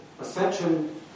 ascension